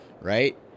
right